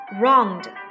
round